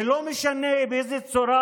ולא משנה באיזו צורה,